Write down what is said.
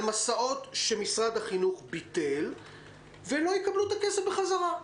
מסעות שמשרד החינוך ביטל ולא יקבלו את הכסף בחזרה.